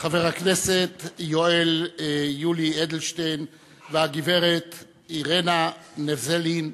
חבר הכנסת יואל יולי אדלשטיין והגברת אירינה נבזלין,